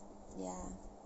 ya